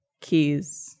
keys